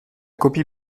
copie